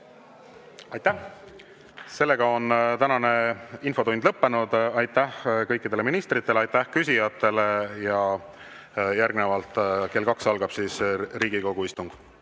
Aitäh! Sellega on tänane infotund lõppenud. Aitäh kõikidele ministritele! Aitäh küsijatele! Ja järgnevalt kell 2 algab Riigikogu istung.